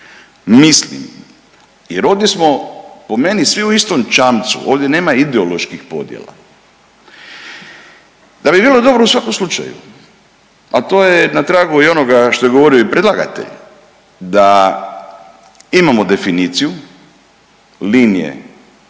Mislim, jer ovdje smo po meni svi u istom čamcu, ovdje nema ideoloških podjela, da bi bilo dobro u svakom slučaju, a to je na tragu onoga što je govorio i predlagatelj da imamo definiciju linije